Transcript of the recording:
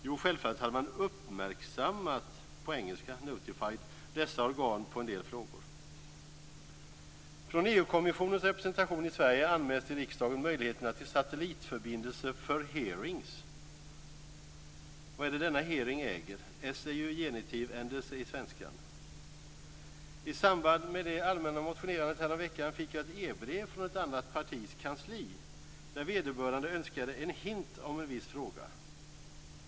Jo, självfallet hade man uppmärksammat - på engelska: notified - dessa organ på en del frågor. Från EU-kommissionens representation i Sverige anmäls till riksdagen möjligheten till satellitförbindelse för "hearings". Vad är det denna hearing äger? S är ju genitivändelse i svenskan. I samband med det allmänna motionerandet häromveckan fick jag ett e-brev från ett annat partis kansli där vederbörande önskade en "hint" om en viss fråga.